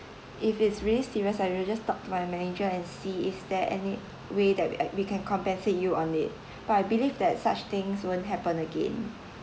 if it's really serious I will just talk to my manager and see is there any way that I we can compensate you on it but I believe that such things won't happen again